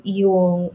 yung